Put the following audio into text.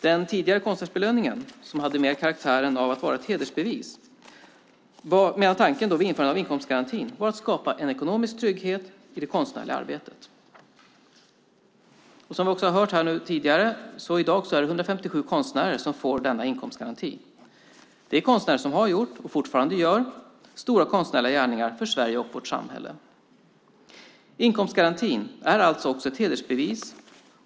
Den tidigare konstnärsbelöningen hade mer karaktären av att vara ett hedersbevis, medan tanken vid införandet av inkomstgarantin var att skapa en ekonomisk trygghet i det konstnärliga arbetet. Som vi har hört tidigare får i dag 157 konstnärer denna inkomstgaranti. Det är konstnärer som har gjort, och fortfarande gör, stora konstnärliga gärningar för Sverige och vårt samhälle. Inkomstgarantin är alltså också ett hedersbevis.